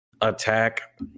attack